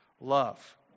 love